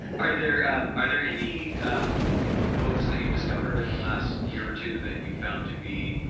are there are there any books that you've discovered in the last year or two that you found to be